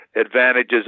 advantages